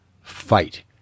fight